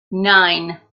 nine